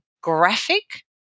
graphic